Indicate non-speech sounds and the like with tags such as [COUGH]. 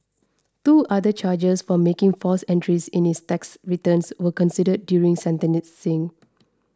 two other charges for making false entries in his tax returns were considered during [UNINTELLIGIBLE]